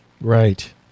Right